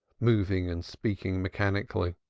moving and speaking mechanically.